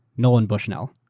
nolan bushnell.